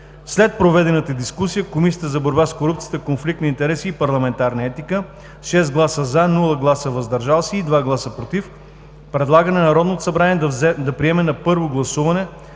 След проведената дискусия, Комисията за борба с корупцията, конфликт на интереси и парламентарна етика с 6 гласа „за“; без „въздържали се“ и 2 гласа „против“ предлага на Народното събрание да приеме на първо гласуване